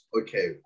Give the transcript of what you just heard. okay